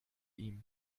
ihm